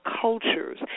cultures